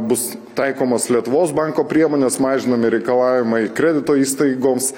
bus taikomos lietuvos banko priemonės mažinami reikalavimai kredito įstaigoms